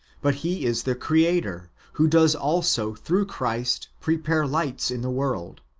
but he is the creator, who does also through christ prepare lights in the world,